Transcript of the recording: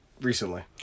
recently